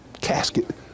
casket